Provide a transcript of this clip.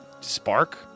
spark